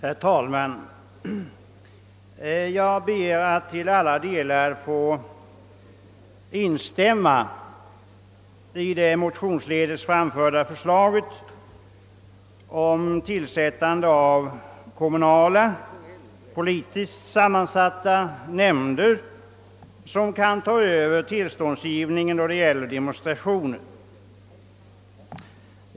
Herr talman! Jag ber att till alla delar få instämma i det motionsledes framlagda förslaget om tillsättande av kommunala politiskt sammansatta nämnder som kan ta över tillståndsgivningen för demonstrationer.